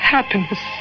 Happiness